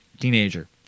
Teenager